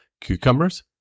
cucumbers